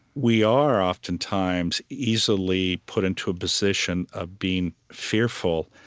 we are oftentimes easily put into a position of being fearful,